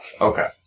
Okay